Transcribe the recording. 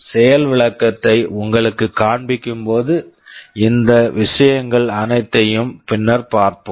செயல் விளக்கத்தை உங்களுக்குக் காண்பிக்கும் போது இந்த விஷயங்கள் அனைத்தையும் பின்னர் பார்ப்போம்